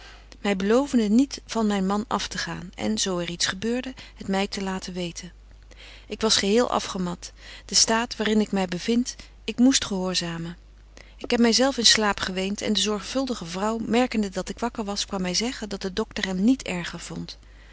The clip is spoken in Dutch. my belovende niet van myn man aftegaan en zo er iets gebeurde betje wolff en aagje deken historie van mejuffrouw sara burgerhart het my te laten weten ik was geheel afgemat de staat waar in ik my bevind ik moest gehoorzamen ik heb my zelf in slaap geweent en de zorgvuldige vrouw merkende dat ik wakker was kwam my zeggen dat de doctor hem niet erger vondt